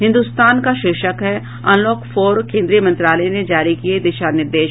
हिन्दुस्तान का शीर्षक है अनलॉक फोर केंद्रीय मंत्रालय ने जारी किये दिशा निर्देश